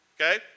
okay